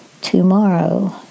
tomorrow